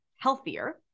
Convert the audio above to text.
healthier